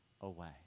away